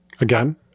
again